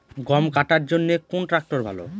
গম কাটার জন্যে কোন ট্র্যাক্টর ভালো?